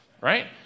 Right